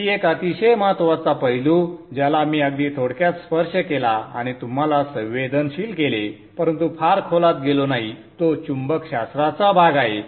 आणखी एक अतिशय महत्त्वाचा पैलू ज्याला मी अगदी थोडक्यात स्पर्श केला आणि तुम्हाला संवेदनशील केले परंतु फार खोलात गेलो नाही तो चुंबकशास्त्राचा भाग आहे